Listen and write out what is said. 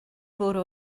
bwrw